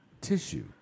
tissue